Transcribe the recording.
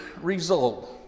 result